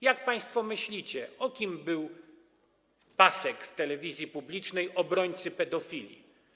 Jak państwo myślicie, o kim był pasek w telewizji publicznej: Obrońcy pedofili?